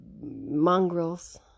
mongrels